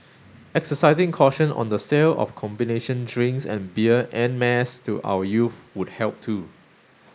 exercising caution on the sale of combination drinks and beer en mass to our youth would help too